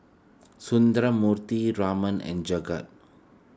Sundramoorthy Raman and Jagat